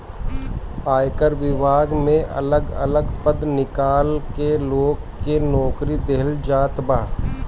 आयकर विभाग में अलग अलग पद निकाल के लोग के नोकरी देहल जात बा